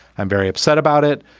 i'm very upset about it,